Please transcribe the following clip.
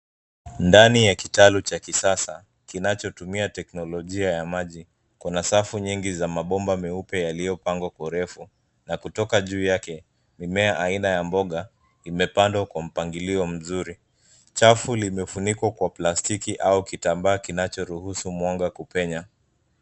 Ndani ya kitalu cha kisasa kinachotumia teknolojia ya maji. Kuna safu nyingi ya mabomba meupe yaliyopangwa kwa urefu na kutoka juu yake, mimea aina ya mboga imepandwa kwa mpangilio mzuri. Chafu limefunikwa kwa plastiki au kitambaa kinachoruhusu mwanga kupenya.